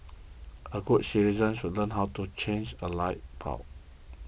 all good citizens should learn how to change a light bulb